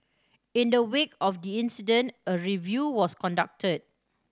in the wake of the incident a review was conducted